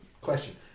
Question